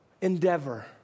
Endeavor